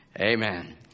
Amen